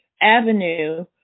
avenue